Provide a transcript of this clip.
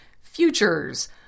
futures